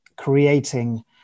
creating